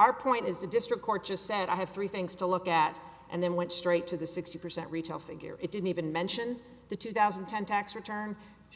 our point is the district court just said i have three things to look at and then went straight to the sixty percent retail figure it didn't even mention the two thousand and ten tax return